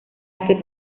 este